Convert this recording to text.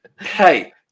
hey –